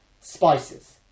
spices